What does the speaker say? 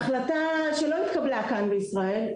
ההחלטה לא התקבלה כאן בישראל,